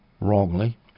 wrongly